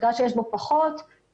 מגרש שיש בו פחות עצים,